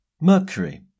Mercury